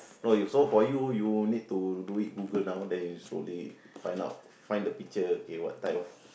no you so for you you will need to do it Google now then you slowly find out find the picture what type of